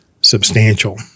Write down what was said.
substantial